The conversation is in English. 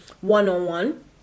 one-on-one